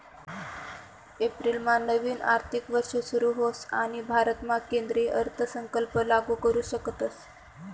एप्रिलमा नवीन आर्थिक वर्ष सुरू होस आणि भारतामा केंद्रीय अर्थसंकल्प लागू करू शकतस